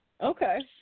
Okay